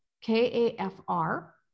K-A-F-R